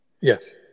Yes